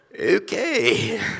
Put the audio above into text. Okay